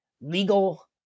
legal